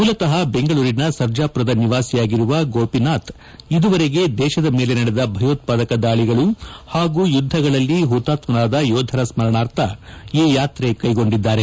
ಮೂಲತಃ ಬೆಂಗಳೂರಿನ ಸರ್ಜಾಪುರದ ನಿವಾಸಿಯಾಗಿರುವ ಗೋಪಿನಾಥ್ ಇದುವರೆಗೆ ದೇಶದ ಮೇಲೆ ನಡೆದ ಭಯೋತ್ವಾದಕ ದಾಳಿಗಳು ಹಾಗೂ ಯುದ್ದಗಳಲ್ಲಿ ಹುತಾತ್ಮರಾದ ಯೋಧರ ಸ್ಮರಣಾರ್ಥ ಈ ಯಾತ್ರೆ ಕೈಗೊಂಡಿದ್ದಾರೆ